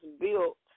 built